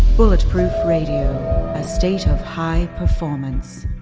bulletproof radio. a state of high performance